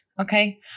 Okay